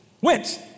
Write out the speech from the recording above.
went